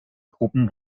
gruppen